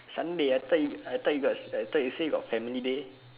sunday I thought you I thought you got I thought you say you got family day